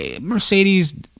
Mercedes